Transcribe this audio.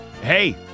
hey